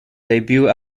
debut